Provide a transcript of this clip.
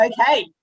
Okay